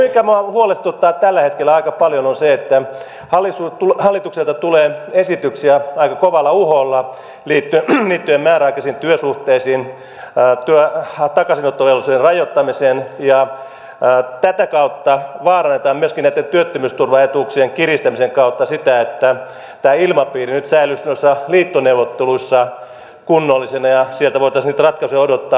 minua huolestuttaa tällä hetkellä aika paljon se että hallitukselta tulee esityksiä aika kovalla uholla liittyen määräaikaisiin työsuhteisiin takaisinottovelvollisuuden rajoittamiseen ja tätä kautta vaarannetaan myöskin näitten työttömyysturvaetuuksien kiristämisen kautta sitä että tämä ilmapiiri nyt säilyisi noissa liittoneuvotteluissa kunnollisena ja sieltä voitaisiin niitä ratkaisuja odottaa